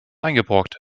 eingebrockt